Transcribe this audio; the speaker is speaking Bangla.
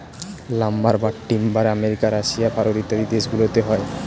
লাম্বার বা টিম্বার আমেরিকা, রাশিয়া, ভারত ইত্যাদি দেশ গুলোতে হয়